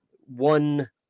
one